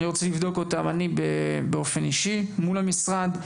ארצה לבדוק בעצמי מול המשרד.